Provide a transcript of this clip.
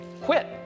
quit